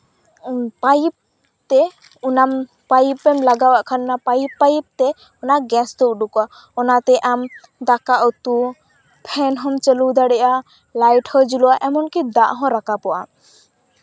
pipe ᱛᱮ ᱚᱱᱟ ᱯᱟᱭᱤᱯᱮᱢ ᱞᱟᱜᱟᱣᱟᱜ ᱠᱷᱟᱱ ᱚᱱᱟ ᱯᱟᱭᱤᱯᱼᱯᱟᱭᱤᱯ ᱛᱮ ᱚᱱᱟ ᱜᱮᱥ ᱫᱚ ᱩᱰᱩᱠᱚᱜᱼᱟ ᱚᱱᱟᱛᱮ ᱟᱢ ᱫᱟᱠᱟ ᱩᱛᱩ ᱯᱷᱮᱱ ᱦᱚᱸᱢ ᱪᱟᱹᱞᱩ ᱫᱟᱲᱮᱭᱟᱜᱼᱟ ᱞᱟᱭᱤᱴ ᱦᱚᱸ ᱡᱩᱞᱩᱜᱼᱟ ᱮᱢᱚᱱ ᱠᱤ ᱫᱟᱜ ᱦᱚᱸ ᱨᱟᱠᱟᱯᱚᱜᱼᱟ